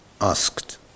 asked